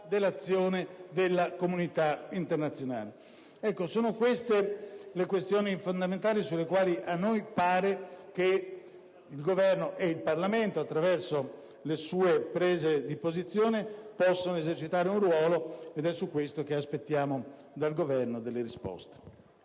dell'azione della comunità internazionale. Sono queste le questioni fondamentali sulle quali a noi pare che il Governo e il Parlamento, attraverso le sue prese di posizione, possano esercitare un ruolo, ed è su questo che aspettiamo dal Governo delle risposte.